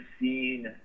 seen